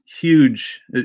huge